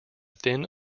thin